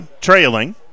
trailing